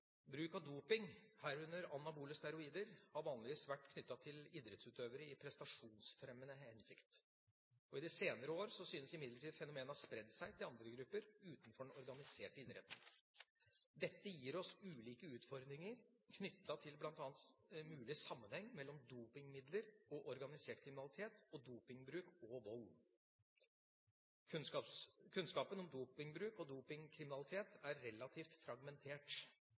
Bruk av doping, herunder anabole steroider, har vanligvis vært knyttet til idrettsutøvere i prestasjonsfremmende hensikt. I de senere år syns imidlertid fenomenet å ha spredd seg til andre grupper utenfor den organiserte idretten. Dette gir oss ulike utfordringer knyttet til bl.a. mulig sammenheng mellom dopingmidler og organisert kriminalitet, og dopingbruk og vold. Kunnskapen om dopingbruk og dopingkriminalitet er relativt fragmentert.